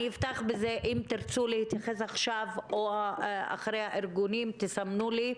אם תרצו להתייחס עכשיו או אחרי הארגונים תסמנו לי.